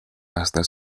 hasta